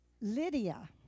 Lydia